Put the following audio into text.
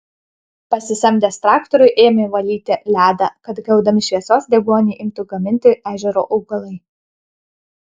pasisamdęs traktorių ėmė valyti ledą kad gaudami šviesos deguonį imtų gaminti ežero augalai